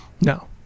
no